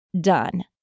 done